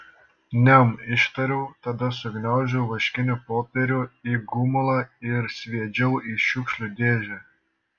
niam ištariau tada sugniaužiau vaškinį popierių į gumulą ir sviedžiau į šiukšlių dėžę